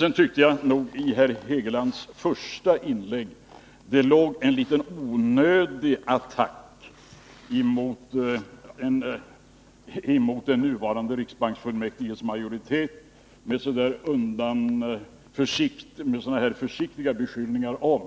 Jag tycker nog att det i herr Hegelands första inlägg låg en litet onödig attack mot nuvarande riksbanksfullmäktiges majoritet, med sådana här försiktiga beskyllningar om